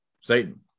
satan